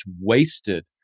wasted